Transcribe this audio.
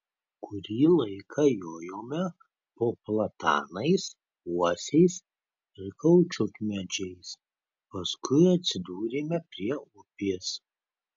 kurį laiką jojome po platanais uosiais ir kaučiukmedžiais paskui atsidūrėme prie upės